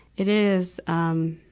it is, um,